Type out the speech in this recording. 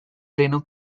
pleno